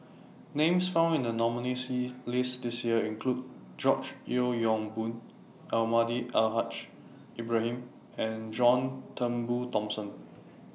Names found in The nominees' list This Year include George Yeo Yong Boon Almahdi Al Haj Ibrahim and John Turnbull Thomson